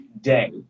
day